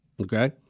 Okay